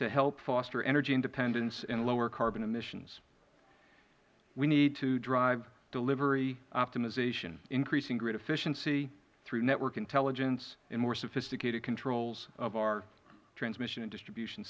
to help foster energy independence and lower carbon emissions we need to drive delivery optimization increasing grid efficiency through network intelligence and more sophisticated controls of our transmission and distribution